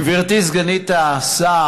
גברתי סגנית השר,